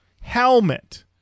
Helmet